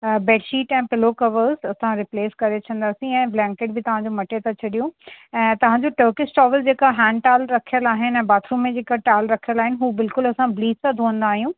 bedsheet ऐं pillow covers असां replace करे छॾंदासीं ऐं ब्लैंकेट बि तव्हां जो मटे था छॾियूं ऐं तव्हां जो टर्किश टॉविल जेका हैंड टाविल रखियल आहिनि बाथरुम में जेका टॉल रखियल आहिनि हू बिल्कुलु असां ब्लीच सां धुअंदा आहियूं त